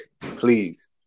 Please